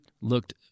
looked